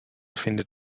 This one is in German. findet